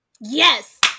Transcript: yes